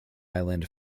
island